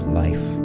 life